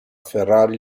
ferrari